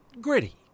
gritty